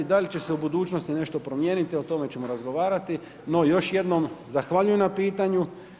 Da li će se u budućnosti nešto promijeniti, o tome ćemo razgovarati, no još jednom zahvaljujem na pitanju.